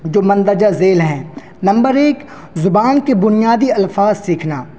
جو مندرجہ ذیل ہیں نمبر ایک زبان کے بنیادی الفاظ سیکھنا